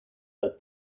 that